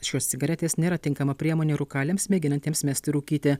šios cigaretės nėra tinkama priemonė rūkaliams mėginantiems mesti rūkyti